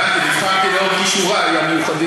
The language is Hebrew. לא סתם, הבנתי, נבחרתי לאור כישורי המיוחדים.